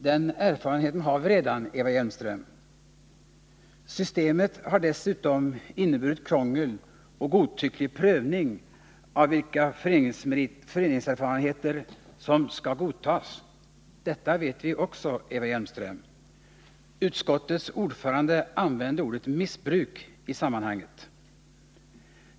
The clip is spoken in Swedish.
Den erfarenheten har vi redan, Eva Hjelmström. Systemet har dessutom inneburit krångel och godtycklig prövning av vilka föreningserfarenheter som skall godtas. Detta vet vi också, Eva Hjelmström. Utskottets ordförande använde ordet ”missbruk” i sammanhanget.